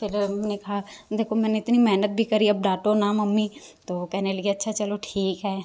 फिर हमने कहा देखो मैंने इतनी मेहनत भी करी अब डांटो ना मम्मी तो वो कहने लगी अच्छा चलो ठीक है